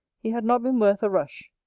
he had not been worth a rush.